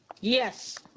Yes